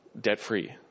debt-free